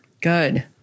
Good